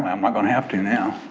i'm not gonna have to now.